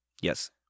Yes